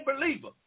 believer